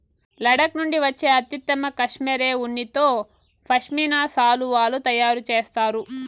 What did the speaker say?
లడఖ్ నుండి వచ్చే అత్యుత్తమ కష్మెరె ఉన్నితో పష్మినా శాలువాలు తయారు చేస్తారు